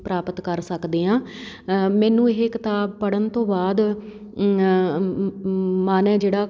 ਪ੍ਰਾਪਤ ਕਰ ਸਕਦੇ ਹਾਂ ਮੈਨੂੰ ਇਹ ਕਿਤਾਬ ਪੜ੍ਹਨ ਤੋਂ ਬਾਅਦ ਮਨ ਹੈ ਜਿਹੜਾ